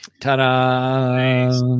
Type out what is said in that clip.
Ta-da